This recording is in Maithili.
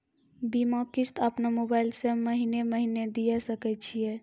बीमा किस्त अपनो मोबाइल से महीने महीने दिए सकय छियै?